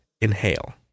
Inhale